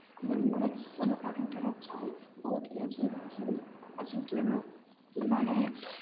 मोनमे मगर ओना ओकरा नहि ने करबाके चाही बहुत ही अजीब अजीब अजीब डिलेवरवला रहै